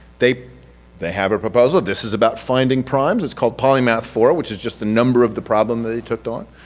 they they have a proposal, this is about finding primes, it's called polymath four, which is just the number of the problem they took on.